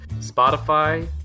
Spotify